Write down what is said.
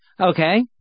Okay